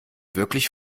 wirklich